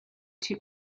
two